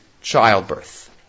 childbirth